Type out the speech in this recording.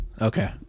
Okay